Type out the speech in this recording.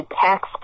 text